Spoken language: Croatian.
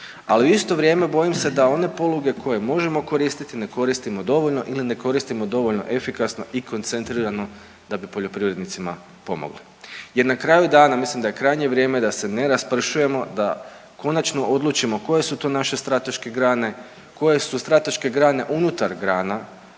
ali u isto vrijeme, bojim se da one poluge koje možemo koristiti, ne koristimo dovoljno ili ne koristimo dovoljno efikasno i koncentrirano da bi poljoprivrednicima pomogli jer na kraju dana, mislim da je krajnje vrijeme da se ne raspršujemo, da konačno odlučimo koje su to naše strateške grane, koje su strateške grane unutar grana,